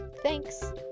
Thanks